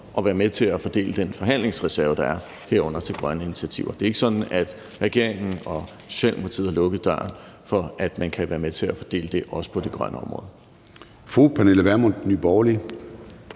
at være med til at fordele den forhandlingsreserve, der er, herunder til grønne initiativer. Det er ikke sådan, at regeringen og Socialdemokratiet har lukket døren for, at man kan være med til at fordele det, også på det grønne område.